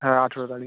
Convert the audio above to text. হ্যাঁ আঠেরো তারিখ